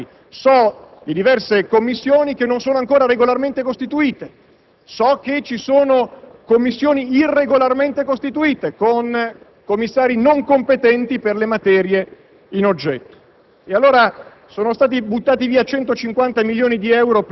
ha comportato anche gravi problemi nella sostituzione dei commissari. So di diverse commissioni che non sono ancora regolarmente costituite. So che esistono commissioni irregolarmente costituite, con commissari non competenti nelle materie in oggetto.